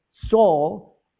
Saul